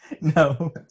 No